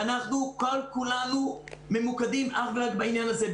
אנחנו כל כולנו ממוקדים אך ורק בעניין הזה.